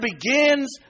begins